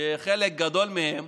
שחלק גדול מהם